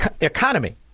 economy